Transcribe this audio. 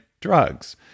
drugs